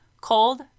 cold